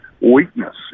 weakness